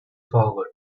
forward